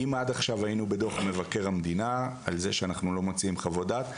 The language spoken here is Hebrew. אם עד עכשיו היינו בדו"ח מבקר המדינה על זה שאנחנו לא מוציאים חוות דעת,